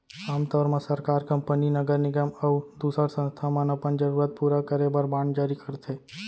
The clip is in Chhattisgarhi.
आम तौर म सरकार, कंपनी, नगर निगम अउ दूसर संस्था मन अपन जरूरत पूरा करे बर बांड जारी करथे